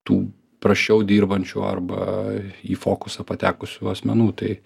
tų prasčiau dirbančių arba į fokusą patekusių asmenų tai